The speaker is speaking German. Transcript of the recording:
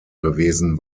gewesen